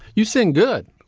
you sing good.